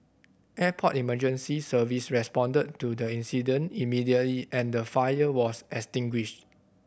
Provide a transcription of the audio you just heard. airport Emergency Service responded to the incident immediately and the fire was extinguished